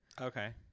Okay